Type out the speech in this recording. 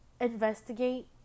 investigate